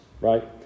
right